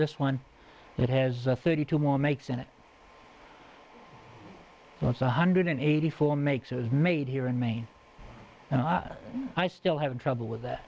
this one it has a thirty two more make senate wants a hundred and eighty four makes it was made here in maine and i i still have trouble with that